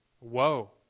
woe